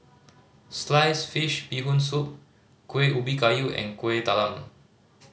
sliced fish Bee Hoon Soup Kuih Ubi Kayu and Kueh Talam